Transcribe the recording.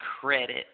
credit